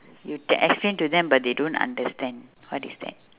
you explain to them but they don't understand what is that